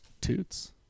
Toots